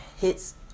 hits